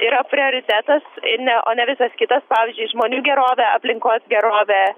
yra prioritetas ne o ne visas kitas pavyzdžiui žmonių gerovė aplinkos gerovė